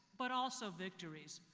but also victories.